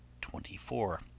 twenty-four